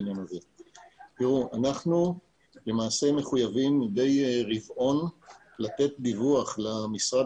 אנחנו למעשה מחויבים מידי רבעון לתת דיווח למשרד